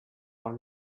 one